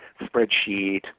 spreadsheet